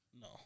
No